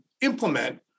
implement